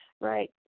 Right